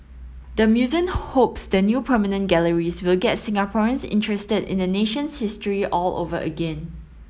the museum hopes the new permanent galleries will get Singaporeans interested in the nation's history all over again